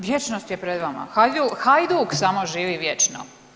Vječnost je pred vama, Hajduk samo živi vječno.